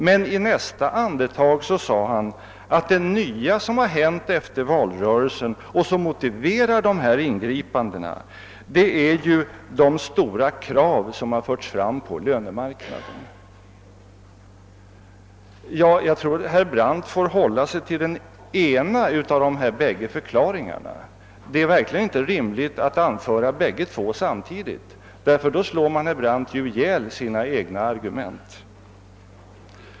Men i nästa andetag sade han att det nya som har hänt efter valrörelsen och som motiverar dessa ingripanden är de stora krav som förts fram på lönemarknaden. Jag tror att herr Brandt nog får hålla sig till den ena av dessa bägge förklaringar. Det är verkligen inte rimligt att anföra båda två samtidigt, därför att då slår herr Brandt ihjäl sina egna argument.